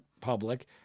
public